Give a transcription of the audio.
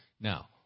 Now